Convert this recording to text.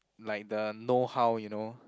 like the know how you know